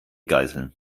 geiseln